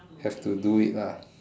have to do it ah